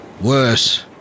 worse